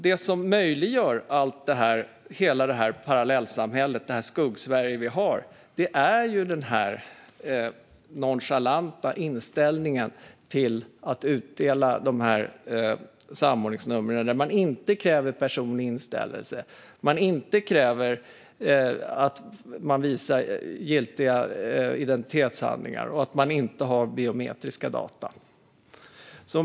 Det som möjliggör allt detta, hela parallellsamhället och det Skuggsverige som vi har, är den nonchalanta inställningen att dela ut samordningsnummer utan att kräva personlig inställelse eller att personen uppvisar giltig identitetshandling och att man inte har biometriska data.